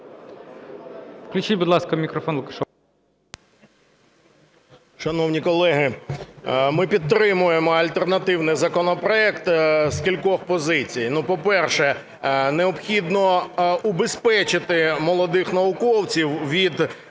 Включіть, будь ласка, мікрофон